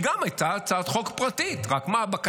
גם היא הייתה הצעת חוק פרטית,